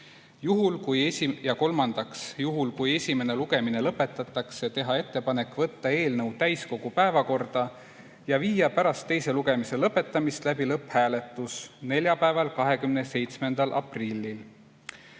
juhul kui esimene lugemine lõpetatakse, teha ettepanek võtta eelnõu täiskogu päevakorda ja viia pärast teise lugemise lõpetamist läbi lõpphääletus neljapäeval, 27. aprillil.